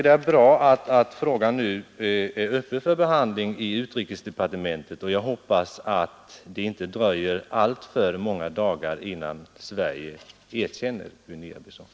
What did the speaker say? Det är bra att frågan nu är föremål för behandling i utrikesdepartementet, och jag hoppas att det inte dröjer alltför många dagar innan Sverige erkänner Guinea-Bissau.